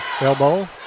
elbow